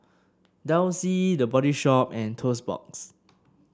Delsey The Body Shop and Toast Box